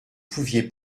pouviez